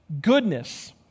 goodness